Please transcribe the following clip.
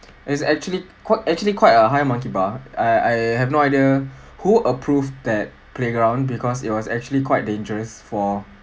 is actually quite actually quite high monkey bar I I have no idea who approved that playground because it was actually quite dangerous for